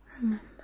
Remember